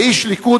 כאיש ליכוד,